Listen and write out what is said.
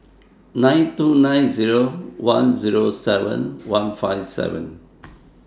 nine two nine Zero one Zero seven one five seven